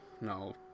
no